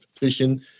fishing